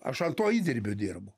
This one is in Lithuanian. aš ant to įdirbio dirbu